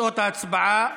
תודה.